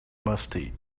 musty